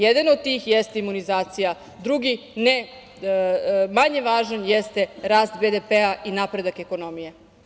Jedan od njih jeste imunizacija, drugi ne manje važan jeste rast BDP i napredak ekonomije.